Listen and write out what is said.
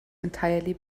entirely